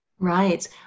Right